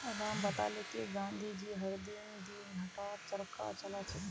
राम बताले कि गांधी जी हर दिन दी घंटा चरखा चला छिल की